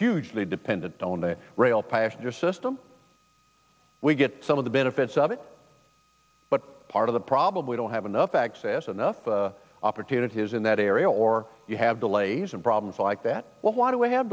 hugely dependent on the rail passenger system we get some of the benefits of it but part of the probably don't have enough access enough opportunities in that area or you have delays and problems like that why do we have